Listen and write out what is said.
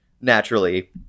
naturally